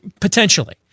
potentially